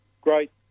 great